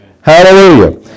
Hallelujah